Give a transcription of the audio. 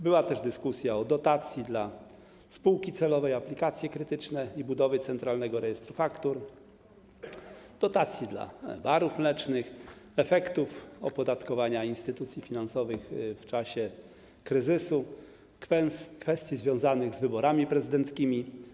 Była też dyskusja o dotacji dla spółki celowej, aplikacjach krytycznych i budowie Centralnego Rejestru Faktur, dotacji dla barów mlecznych, efektach opodatkowania instytucji finansowych w czasie kryzysu, kwestiach związanych z wyborami prezydenckimi.